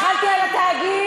התחלתי על התאגיד,